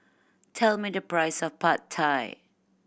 tell me the price of Pad Thai